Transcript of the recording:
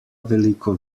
veliko